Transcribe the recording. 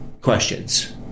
questions